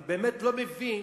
אני באמת לא מבין